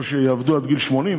או שיעבדו עד גיל 80?